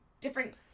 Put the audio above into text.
different